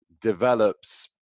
develops